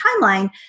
timeline